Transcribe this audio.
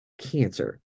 cancer